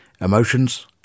emotions